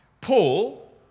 Paul